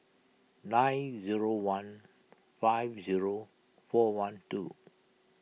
nine zero one five zero four one two